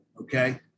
Okay